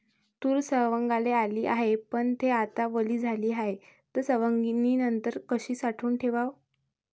तूर सवंगाले आली हाये, पन थे आता वली झाली हाये, त सवंगनीनंतर कशी साठवून ठेवाव?